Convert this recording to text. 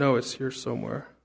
know it's here somewhere